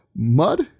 Mud